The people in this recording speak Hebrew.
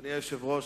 אדוני היושב-ראש,